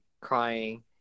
crying